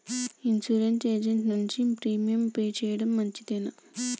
Insurance agent నుండి premium pay చేయడం మంచిదేనా?